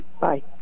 Bye